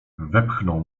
wepchnął